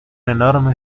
enorme